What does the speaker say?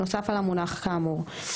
נוסף על המונח כאמור,